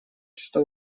что